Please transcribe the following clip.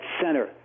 center